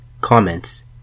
Comments